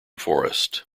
forest